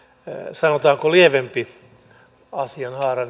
sellainen sanotaanko lievempi asianhaara